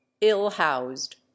ill-housed